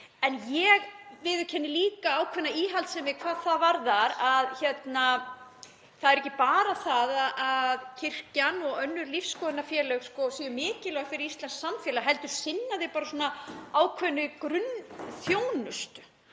En ég viðurkenni líka ákveðna íhaldssemi hvað það varðar að það er ekki bara að kirkjan og önnur lífsskoðunarfélög séu mikilvæg fyrir íslenskt samfélag heldur sinna þau ákveðinni grunnþjónustu